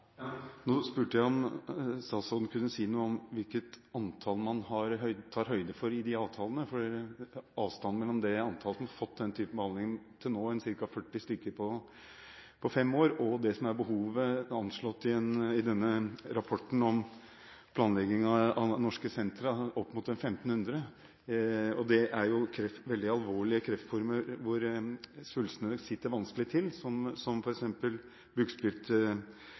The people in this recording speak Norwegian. Nå spurte jeg om statsråden kunne si noe om hvilket antall man tar høyde for i disse avtalene, for avstanden mellom det antall som har fått den type behandling til nå, ca. 40 stykker på fem år, og det som er behovet anslått i rapporten om planlegging av norske sentre, opp mot 1 500, er stor. Dette er jo veldig alvorlige kreftformer hvor svulstene sitter vanskelig til, som